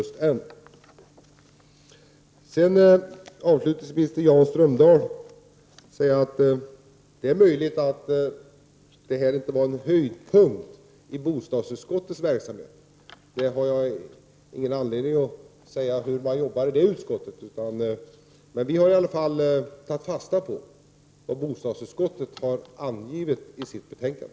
Sedan vill jag avslutningsvis säga till Jan Strömdahl att det är möjligt att detta inte var en höjdpunkt i bostadsutskottets verksamhet, men jag har ingen anledning att kommentera hur man arbetar i det utskottet. Vi har i alla fall tagit fasta på vad bostadsutskottet har angivit i sitt betänkande.